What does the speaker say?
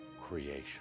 creation